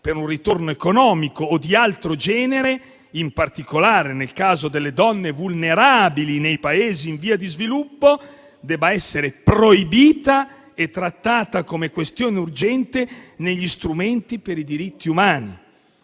per un ritorno economico o di altro genere, in particolare nel caso delle donne vulnerabili nei Paesi in via di sviluppo, debba essere proibita e trattata come questione urgente negli strumenti per i diritti umani.